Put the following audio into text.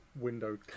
window